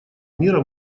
мира